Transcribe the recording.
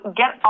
get